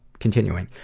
continuing.